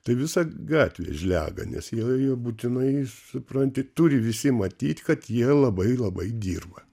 tai visa gatvė žlega nes jie jie būtinai supranti turi visi matyt kad jie labai labai dirba